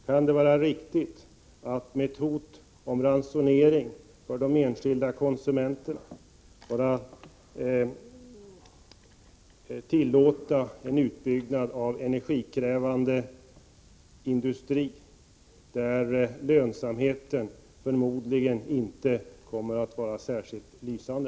Kan det vara riktigt att med ett hot om ransonering för de enskilda konsumenterna tillåta en utbyggnad av energikrävande industri, där lönsamheten förmodligen inte kommer att vara särskilt lysande?